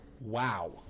Wow